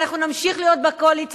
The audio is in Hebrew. ואנחנו נמשיך להיות בקואליציה,